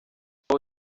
nubwo